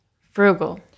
frugal